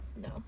no